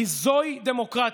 כי זוהי דמוקרטיה.